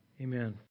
Amen